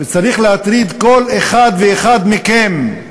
וצריך להטריד כל אחד ואחד מכם,